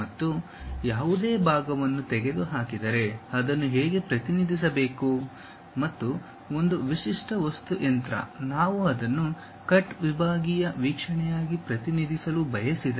ಮತ್ತು ಯಾವುದೇ ಭಾಗವನ್ನು ತೆಗೆದುಹಾಕಿದರೆ ಅದನ್ನು ಹೇಗೆ ಪ್ರತಿನಿಧಿಸಬೇಕು ಮತ್ತು ಒಂದು ವಿಶಿಷ್ಟ ವಸ್ತು ಯಂತ್ರ ನಾವು ಅದನ್ನು ಕಟ್ ವಿಭಾಗೀಯ ವೀಕ್ಷಣೆಯಾಗಿ ಪ್ರತಿನಿಧಿಸಲು ಬಯಸಿದರೆ